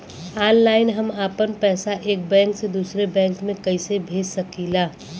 Online हम आपन पैसा एक बैंक से दूसरे बैंक में कईसे भेज सकीला?